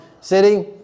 city